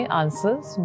answers